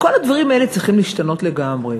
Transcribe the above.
כל הדברים האלה צריכים להשתנות לגמרי.